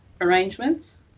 arrangements